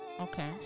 Okay